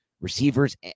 receivers